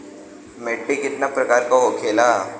मिट्टी कितना प्रकार के होखेला?